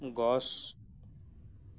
গছ